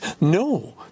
No